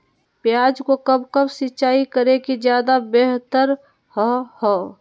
प्याज को कब कब सिंचाई करे कि ज्यादा व्यहतर हहो?